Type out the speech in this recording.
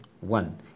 one